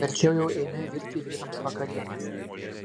verčiau jau eime virti vyrams vakarienės